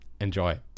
enjoy